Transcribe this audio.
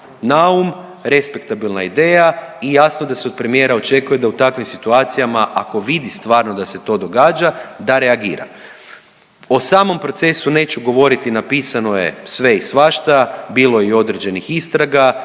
naum, respektabilna ideja i jasno da se od premijera očekuje da u takvim situacijama ako vidi stvarno da se to događa da reagira. O samom procesu neću govoriti, napisano je sve i svašta, bilo je i određenih istraga